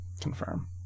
confirm